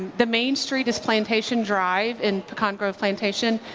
the main street is plantation drive and pecan grove, plantation.